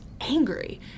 angry